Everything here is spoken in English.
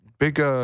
Big